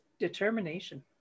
determination